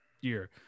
year